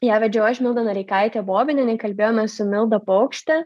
ją vedžiau aš milda noreikaitė bobinienė kalbėjomės su milda paukšte